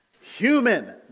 human